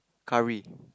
curry